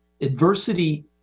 Adversity